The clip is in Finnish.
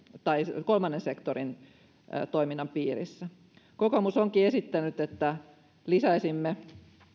kolmannen sektorin toiminnan piirissä kokoomus onkin esittänyt että lisäisimme